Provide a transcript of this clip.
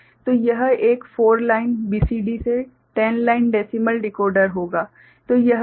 तो यह एक 4 लाइन BCD से 10 लाइन डेसिमल डिकोडर होगा